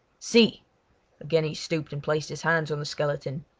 see again he stooped and placed his hands on the skeleton.